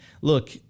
look